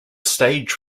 stage